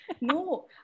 No